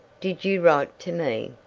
did you write to me?